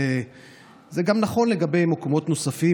זה גם נכון לגבי מקומות נוספים,